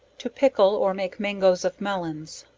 to pickle or make mangoes of melons.